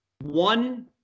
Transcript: one